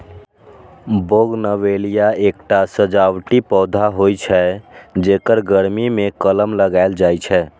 bougainvillea एकटा सजावटी पौधा होइ छै, जेकर गर्मी मे कलम लगाएल जाइ छै